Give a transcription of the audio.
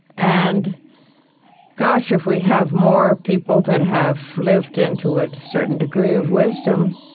and gosh, if we have more people that have lived into a certain degree of wisdom,